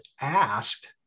asked